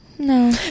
No